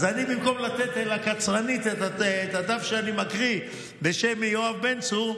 אז במקום לתת לקצרנית את הדף שאני מקריא בשם יואב בן צור,